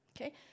Okay